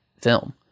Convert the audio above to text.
film